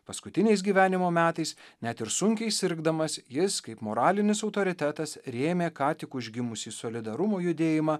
paskutiniais gyvenimo metais net ir sunkiai sirgdamas jis kaip moralinis autoritetas rėmė ką tik užgimusį solidarumo judėjimą